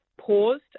paused